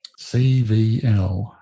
CVL